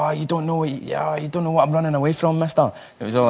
ah you don't know what? yeah, you don't know what i'm running away from my stuff yeah he's